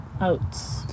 Oats